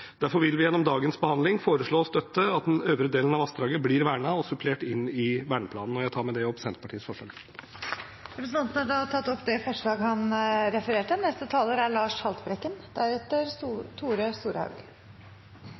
Derfor vil vi gjennom dagens behandling foreslå og støtte at den øvre delen av vassdraget blir vernet og supplert inn i verneplanen. Jeg tar med dette opp Senterpartiets forslag. Representanten Ole André Myhrvold har tatt opp det forslaget han refererte